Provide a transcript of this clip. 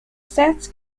sets